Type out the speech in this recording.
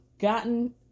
gotten